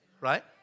right